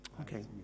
Okay